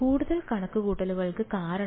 കൂടുതൽ കണക്കുകൂട്ടലുകൾ കാരണം